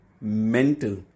mental